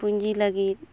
ᱯᱩᱸᱡᱤ ᱞᱟᱹᱜᱤᱫ